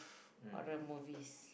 horror movies